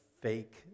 fake